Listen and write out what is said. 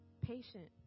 patient